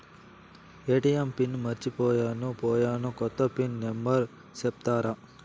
ATM pin మర్చిపోయాను పోయాను, కొత్త పిన్ నెంబర్ సెప్తారా?